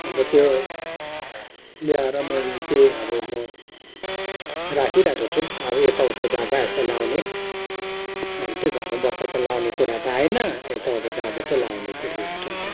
अन्त त्यो ल्याएर मैले त्यही अब म राखिरहेको छु अब यताउता जाँदा यसो लगाउने अब त्यो घरमा बस्दा त लगाउने कुरा त आएन यताउता जाँदा चाहिँ लगाउने कुरो लगाउँछु नि त